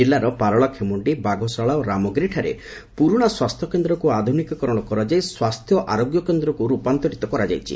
ଜିଲ୍ଲାର ପାରଳାଖେମୁଖି ବାଘଶାଳା ଓ ରାମଗିରିଠାରେ ପୁରୁଶା ସ୍ୱାସ୍ଥ୍ୟକେନ୍ଦ୍ରକୁ ଆଧୁନିକୀକରଶ କରାଯାଇ ସ୍ୱାସ୍ଥ୍ୟ ଆରୋଗ୍ୟ କେନ୍ଦ୍ର ରୂପାନ୍ତରିତ କରାଯାଇଛି